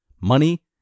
money